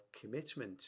commitment